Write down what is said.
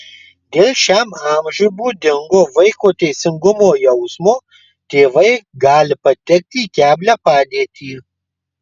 dėl šiam amžiui būdingo vaiko teisingumo jausmo tėvai gali patekti į keblią padėtį